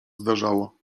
zdarzało